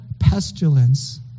pestilence